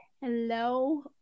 hello